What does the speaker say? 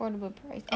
the best